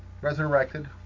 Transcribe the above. Resurrected